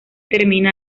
termina